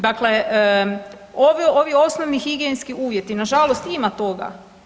Dakle, ovi osnovni higijenski uvjeti na žalost ima toga.